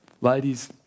Ladies